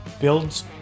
builds